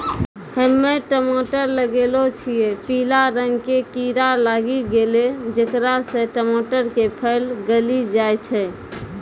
हम्मे टमाटर लगैलो छियै पीला रंग के कीड़ा लागी गैलै जेकरा से टमाटर के फल गली जाय छै?